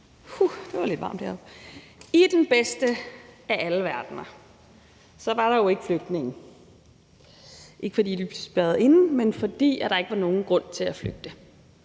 I den bedste af alle verdener var der jo ikke flygtninge – ikke fordi de ville blive spærret inde, men fordi der ikke var nogen grund til at flygte.